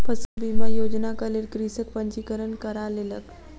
पशु बीमा योजनाक लेल कृषक पंजीकरण करा लेलक